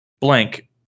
Blank